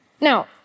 Now